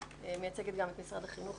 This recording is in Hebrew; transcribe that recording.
מייצגת גם את משרד החינוך,